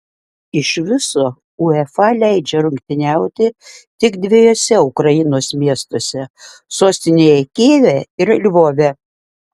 iš viso uefa leidžia rungtyniauti tik dviejuose ukrainos miestuose sostinėje kijeve ir lvove